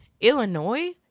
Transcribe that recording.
Illinois